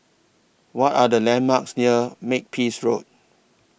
What Are The landmarks near Makepeace Road